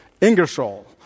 Ingersoll